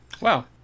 Wow